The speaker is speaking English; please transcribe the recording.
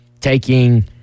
taking